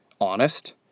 honest